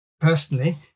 personally